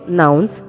nouns